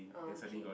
uh okay